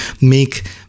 make